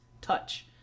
touch